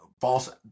false